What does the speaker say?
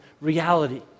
reality